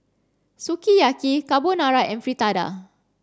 Sukiyaki Carbonara and Fritada